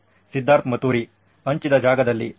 ಸಿದ್ಧಾರ್ಥ್ ಮತುರಿ ಹಂಚಿದ ಜಾಗದಲ್ಲಿ ಹೌದು